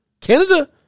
Canada